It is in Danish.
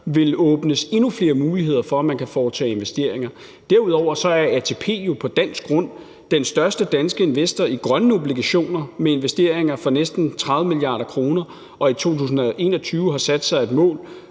der åbnes endnu flere muligheder for, at man kan foretage investeringer. Derudover er ATP jo på dansk grund den største danske investor i grønne obligationer med investeringer for næsten 30 mia. kr., og i 2021 har de sat sig et mål